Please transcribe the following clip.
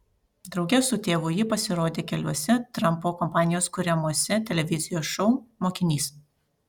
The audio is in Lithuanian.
drauge su tėvu ji pasirodė ir keliuose trampo kompanijos kuriamuose televizijos šou mokinys